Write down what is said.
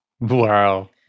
Wow